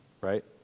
right